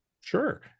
sure